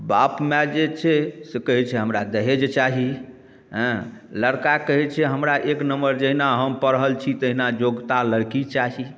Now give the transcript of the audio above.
बाप माय जे छै से कहै छै हमरा दहेज चाही हँ लड़का कहै छै हमरा एक नम्बर जहिना हम पढ़ल छी तहिना योग्यता लड़की चाही